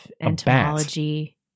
entomology